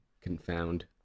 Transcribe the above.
confound